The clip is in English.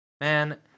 Man